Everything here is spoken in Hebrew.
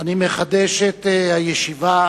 אני מחדש את הישיבה